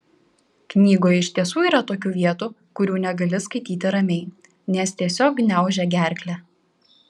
knygoje iš tiesų yra tokių vietų kurių negali skaityti ramiai nes tiesiog gniaužia gerklę